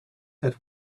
hit